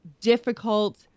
difficult